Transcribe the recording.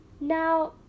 Now